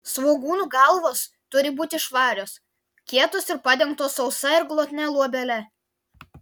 svogūnų galvos turi būti švarios kietos ir padengtos sausa ir glotnia luobele